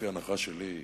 לפי ההנחה שלי,